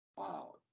wow